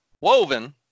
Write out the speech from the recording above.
Woven